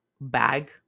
bag